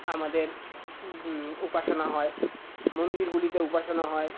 আমাদের উপাসনা হয় মন্দিরগুলিতে উপাসনা হয়